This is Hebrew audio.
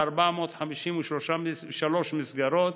ב-452 מסגרות,